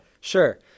Sure